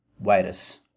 virus